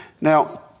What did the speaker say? Now